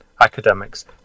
academics